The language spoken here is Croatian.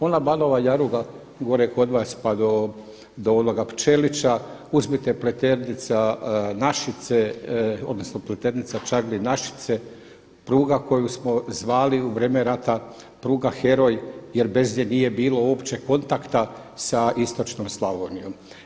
Ona Banova Jaruga gore kod vas pa do onoga Pčelića, uzmite Peternica Našice, odnosno Pleternica-Čaglin-Našice, pruga koju smo zvali u vrijeme rata pruga heroj jer bez nje nije bilo uopće kontakta sa istočnom Slavonijom.